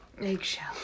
Eggshell